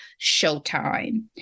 Showtime